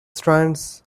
strands